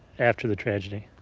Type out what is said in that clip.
after the tragedy?